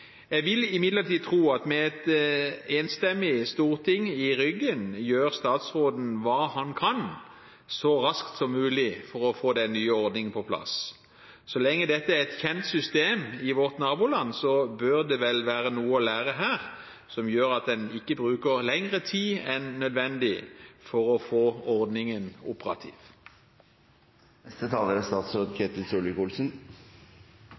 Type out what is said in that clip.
Jeg vil imidlertid tro at med et enstemmig storting i ryggen gjør statsråden hva han kan, så raskt som mulig, for å få den nye ordningen på plass. Så lenge dette er et kjent system i vårt naboland bør det vel være noe å lære her som gjør at en ikke bruker lengre tid enn nødvendig for å få ordningen operativ. Dette er